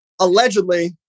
allegedly